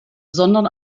sondern